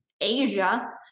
Asia